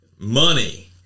Money